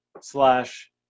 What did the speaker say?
slash